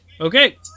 Okay